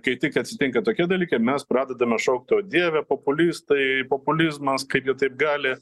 kai tik atsitinka tokie dalykai mes pradedame šaukti o dieve populistai populizmas kaip jie taip gali